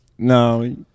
No